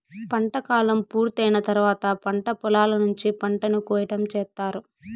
పంట కాలం పూర్తి అయిన తర్వాత పంట పొలాల నుంచి పంటను కోయటం చేత్తారు